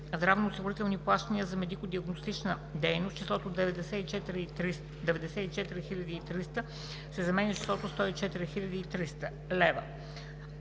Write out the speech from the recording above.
здравноосигурителни плащания за медико-диагностична дейност числото „94 300,0 лв.“ се заменя с числото „104 300,00